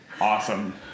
Awesome